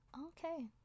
Okay